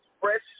fresh